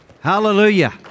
Hallelujah